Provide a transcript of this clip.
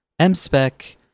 mspec